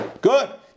Good